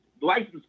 license